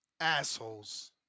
assholes